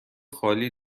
خالی